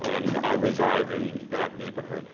and i reside in that neighborhood.